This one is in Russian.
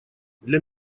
для